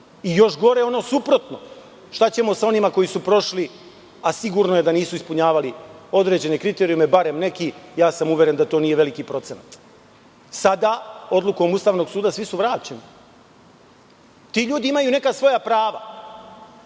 I još gore ono suprotno. Šta ćemo sa onima koji su prošli, a sigurno je da nisu ispunjavali određene kriterijume, barem neki? Ja sam uveren da to nije veliki procenat. Sada, odlukom Ustavnog suda, svi su vraćeni. Ti ljudi imaju neka svoja prava.